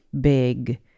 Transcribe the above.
big